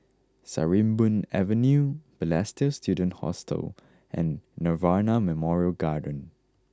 Sarimbun Avenue Balestier Student Hostel and Nirvana Memorial Garden